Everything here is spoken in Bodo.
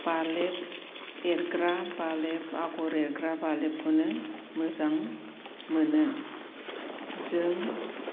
बालेब एरग्रा बालेब आगर एरग्रा बालेबखौनो मोजां मोनो जों